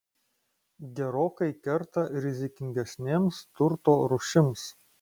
gerokai kerta rizikingesnėms turto rūšims